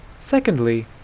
Secondly